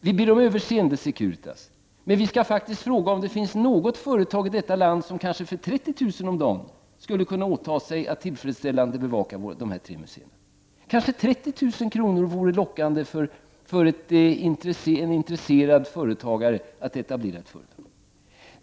Vi ber om överseende, men vi skall faktiskt fråga om det finns något företag i detta land som för kanske 30 000 kr. om dagen skulle kunna åta sig att tillfredsställande bevaka de här tre museerna. Kanske 30000 kr. vore lockande för en intresserad företagare att etablera sig.